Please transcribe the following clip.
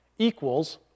equals